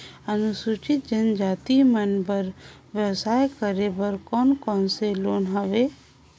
अनुसूचित जनजाति मन बर व्यवसाय करे बर कौन कौन से लोन हवे?